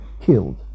killed